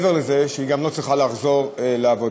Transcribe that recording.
אבל מעבר לזה שהיא לא צריכה לחזור לעבודה,